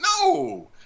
No